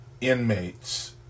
inmates